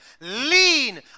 lean